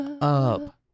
Up